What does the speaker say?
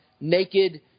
naked